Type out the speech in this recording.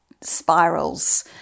spirals